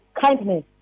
kindness